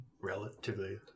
relatively